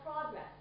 progress